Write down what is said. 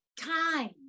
time